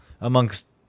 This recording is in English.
amongst